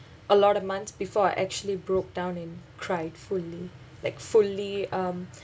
a lot of months before I actually broke down and cried fully like fully um